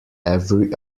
every